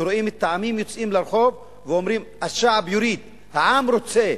כשרואים את העמים יוצאים לרחוב ואומרים: העם רוצה,